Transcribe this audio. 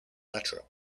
metro